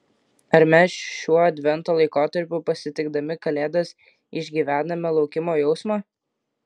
ar mes šiuo advento laikotarpiu pasitikdami kalėdas išgyvename laukimo jausmą